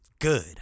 good